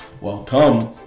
Welcome